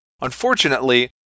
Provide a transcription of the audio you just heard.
Unfortunately